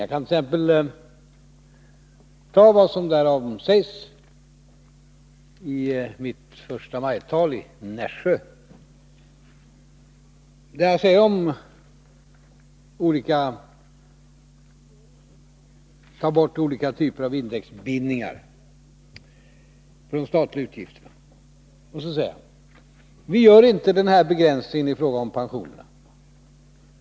Jag kan t.ex. återge vad som sägs därom i mitt förstamajtal i Nässjö. Där talade jag om att ta bort olika typer av indexbindningar för de statliga utgifterna, och jag sade: Vi gör inte den här begränsningen i fråga om pensionerna.